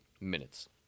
minutes